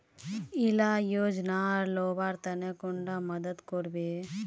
इला योजनार लुबार तने कैडा मदद करबे?